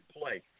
play